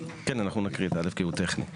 אנחנו נקריא את (א) כי הוא טכני.